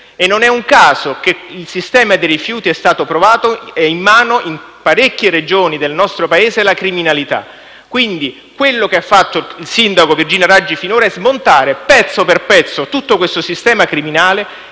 e non è un caso che il sistema dei rifiuti - è stato provato - è in mano in parecchie Regioni del nostro Paese alla criminalità. Quindi, quanto ha fatto il sindaco Virginia Raggi finora è smontare pezzo per pezzo tutto questo sistema criminale